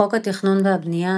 חוק התכנון והבנייה,